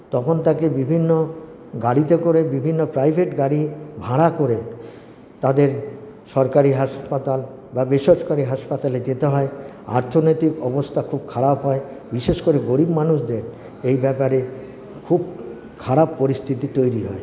তখন তাকে বিভিন্ন গাড়িতে করে বিভিন্ন প্রাইভেট গাড়ি ভাড়া করে তাদের সরকারি হাসপাতাল বা বেসরকারি হাসপাতালে যেতে হয় অর্থনৈতিক অবস্থা খুব খারাপ হয় বিশেষ করে গরিব মানুষদের এই ব্যাপারে খুব খারাপ পরিস্থিতি তৈরি হয়